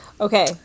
Okay